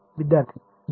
विद्यार्थी 0